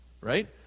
right